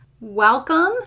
Welcome